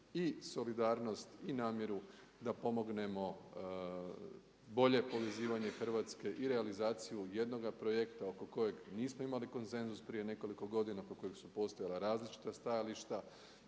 i solidarnost i namjeru da pomognemo bolje povezivanje Hrvatske i realizaciju jednoga projekta oko kojeg nismo imali konsenzus prije nekoliko godina kod kojeg su postojala različita stajališta